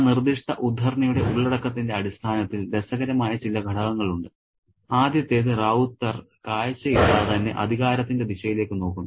ആ നിർദ്ദിഷ്ട ഉദ്ധരണിയുടെ ഉള്ളടക്കത്തിന്റെ അടിസ്ഥാനത്തിൽ രസകരമായ ചില ഘടകങ്ങളുണ്ട് ആദ്യത്തേത് റൌത്തർ കാഴ്ചയില്ലാതെ തന്നെ അധികാരത്തിന്റെ ദിശയിലേക്ക് നോക്കുന്നു